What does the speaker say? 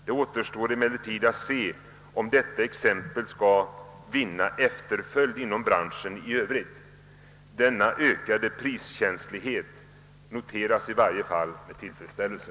Det återstår emellertid att se om detta exempel skall vinna efterföljd inom branschen i övrigt. Denna ökade priskänslighet noteras i varje fall med tillfredsställelse.